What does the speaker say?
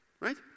Right